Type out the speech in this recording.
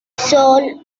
soul